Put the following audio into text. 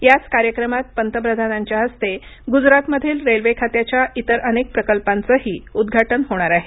याच कार्यक्रमात पंतप्रधानांच्या हस्ते गुजरातमधील रेल्वे खात्याच्या इतर अनेक प्रकल्पांचही उद्घाटन होणार आहे